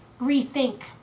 rethink